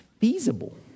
feasible